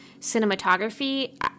cinematography